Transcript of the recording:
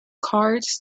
cards